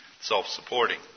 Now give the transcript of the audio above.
self-supporting